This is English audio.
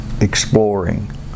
exploring